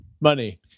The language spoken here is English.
money